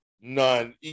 none